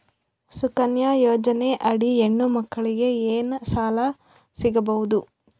ಸುಕನ್ಯಾ ಯೋಜನೆ ಅಡಿ ಹೆಣ್ಣು ಮಕ್ಕಳಿಗೆ ಏನ ಲಾಭ ಸಿಗಬಹುದು?